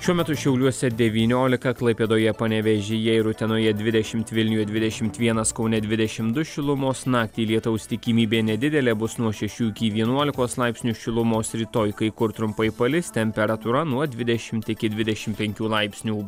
šiuo metu šiauliuose devyniolika klaipėdoje panevėžyje ir utenoje dvidešimt vilniuje dvidešimt vienas kaune dvidešimt du šilumos naktį lietaus tikimybė nedidelė bus nuo šešių iki vienuolikos laipsnių šilumos rytoj kai kur trumpai palis temperatūra nuo dvidešimt iki dvidešim penkių laipsnių